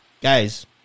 guys